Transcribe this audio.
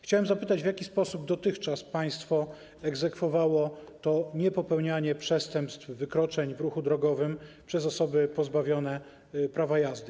Chciałem zapytać, w jaki sposób dotychczas państwo egzekwowało niepopełnianie przestępstw, wykroczeń w ruchu drogowym przez osoby pozbawione prawa jazdy.